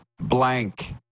blank